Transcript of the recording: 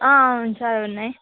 అవును సార్ ఉన్నాయి